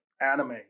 anime